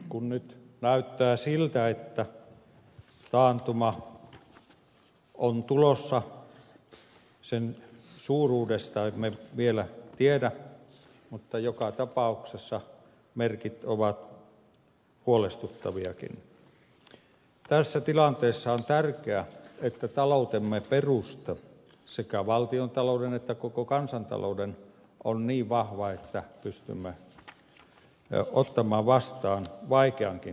kun nyt näyttää siltä että taantuma on tulossa sen suuruudesta emme vielä tiedä mutta joka tapauksessa merkit ovat huolestuttaviakin tässä tilanteessa on tärkeää että taloutemme perusta sekä valtiontalouden että koko kansantalouden on niin vahva että pystymme ottamaan vastaan vaikeankin talouden ajan